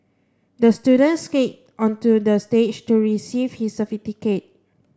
the student skated onto the stage to receive his certificate